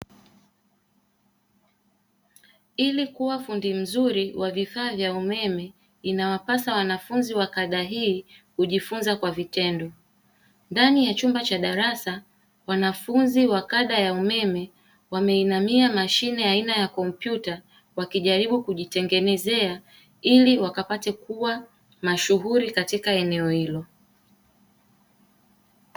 Ili kuwa fundi mzuri wa vifaa vya umeme inawapasa wanafunzi wa kada hii kujifunza kwa vitendo, ndani ya chumba cha darasa wanafunzi wa kada ya umeme wameinamia mashine aina ya komputa wakijaribu kujitengenezea ili wakapate kuwa mashughuli katika eneo ilo.